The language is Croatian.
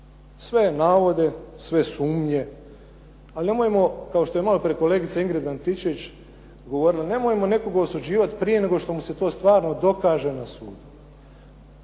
Sve navode, sve sumnje. Ali nemojmo kao što je malo prije kolegica Ingrid Antičević govorila, nemojmo nekoga osuđivati prije nego što mu se to stvarno dokaže na sudu.